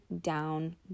down